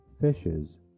fishes